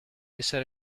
essere